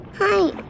Hi